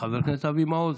חבר הכנסת אבי מעוז.